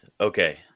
Okay